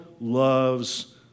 loves